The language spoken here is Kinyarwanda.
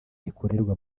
rikorerwa